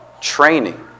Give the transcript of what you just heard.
Training